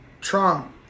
Trump